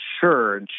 sure